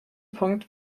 punkt